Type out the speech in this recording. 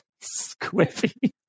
squiffy